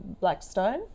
Blackstone